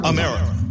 America